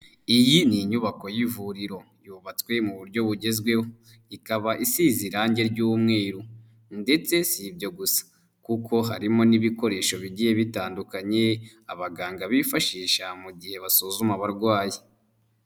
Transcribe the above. Iyi ni inyubako y'ivuriro yubatswe mu buryo bugezweho ikaba isize irangi ry'umweru ndetse si ibyo gusa kuko harimo n'ibikoresho bigiye bitandukanye abaganga bifashisha mu gihe basuzuma abarwayi.